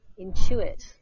intuit